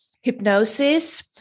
hypnosis